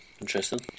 Interesting